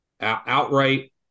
outright